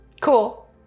cool